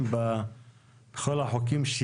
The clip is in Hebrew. אנחנו רוצים להתנצל על עיכוב של כמעט